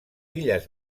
illes